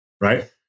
Right